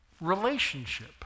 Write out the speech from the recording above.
relationship